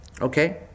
okay